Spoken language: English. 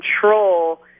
control